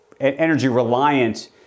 energy-reliant